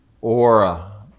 aura